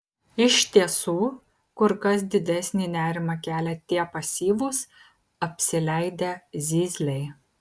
iš tiesų kur kas didesnį nerimą kelia tie pasyvūs apsileidę zyzliai